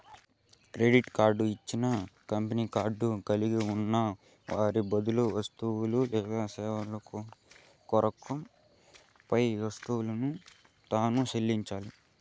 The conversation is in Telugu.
కెడిట్ కార్డు ఇచ్చిన కంపెనీ కార్డు కలిగున్న వారి బదులు వస్తువు లేదా సేవ కోసరం పైసలు తాను సెల్లిస్తండాది